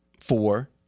four